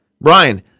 Brian